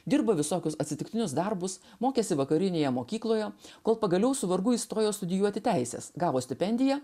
dirbo visokius atsitiktinius darbus mokėsi vakarinėje mokykloje kol pagaliau su vargu įstojo studijuoti teisės gavo stipendiją